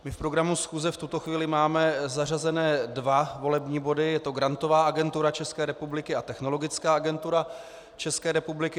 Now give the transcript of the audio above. V programu schůze v tuto chvíli máme zařazené dva volební body, je to Grantová agentura České republiky a Technologická agentura České republiky.